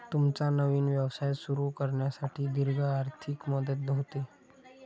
तुमचा नवीन व्यवसाय सुरू करण्यासाठी दीर्घ आर्थिक मदत होते